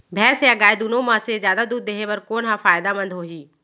भैंस या गाय दुनो म से जादा दूध देहे बर कोन ह फायदामंद होही?